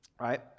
right